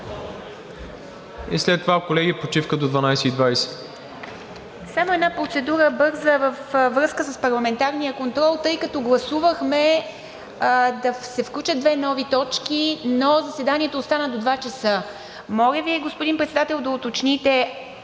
И след това, колеги, почивка до 12,20